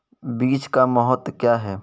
बीज का महत्व क्या है?